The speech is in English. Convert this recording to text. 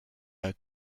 are